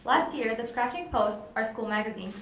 last year, the scratching post, our school magazine,